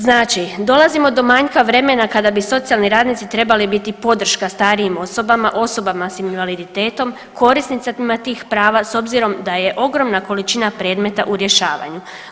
Znači, dolazimo do manjka vremena kada bi socijalni radnici trebali biti podrška starijim osobama, osobama s invaliditetom, korisnicima tih prava s obzirom da je ogromna količina predmeta u rješavanju.